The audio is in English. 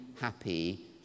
happy